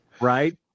Right